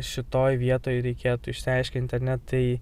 šitoj vietoj reikėtų išsiaiškint ar ne tai